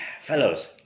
Fellows